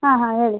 ಹಾಂ ಹಾಂ ಹೇಳಿ